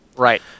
Right